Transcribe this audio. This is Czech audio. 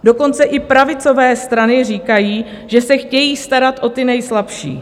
Dokonce i pravicové strany říkají, že se chtějí starat o ty nejslabší.